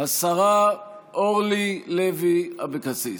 השרה אורלי לוי אבקסיס.